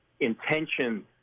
intention